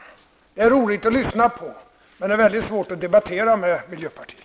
Det är roligt att lyssna på vad som sägs, men det är väldigt svårt att debattera med miljöpartiet.